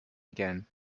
again